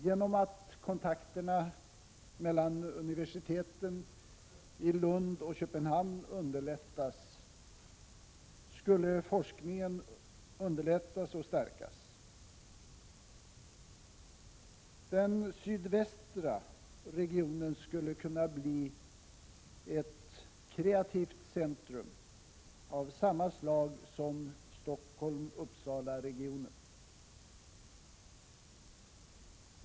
Genom att kontakterna mellan universiteten i Lund och Köpenhamn underlättas skulle forskningen underlättas och stärkas. Den sydvästra regionen skulle kunna bli ett kreativt centrum av samma slag som Stockholm Uppsalaregionen.